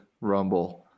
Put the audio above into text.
rumble